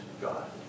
God